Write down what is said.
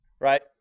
right